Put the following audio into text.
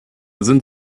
sind